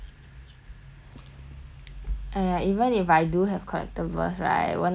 !aiya! even if I do have collectibles right 我哪里 set to 卖 sia